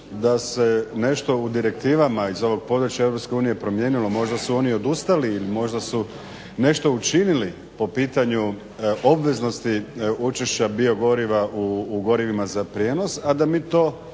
da se nešto u direktivama iz ovog područja EU promijenilo? Možda su oni odustali, možda su nešto učinili po pitanju obveznosti učešća biogoriva u gorivima za prijevoz, a da mi to